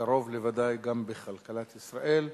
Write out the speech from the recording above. וקרוב לוודאי גם בכלכלת ישראל,